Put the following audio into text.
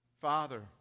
Father